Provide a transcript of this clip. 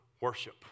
worship